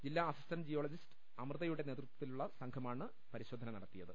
ജില്ലാ assistant geologist അമൃതയുടെ നേതൃത്വത്തിൽ സംഘമാണ് പരിശോധിച്ചത്